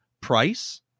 price